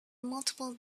multiple